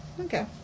Okay